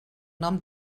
nom